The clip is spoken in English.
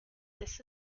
this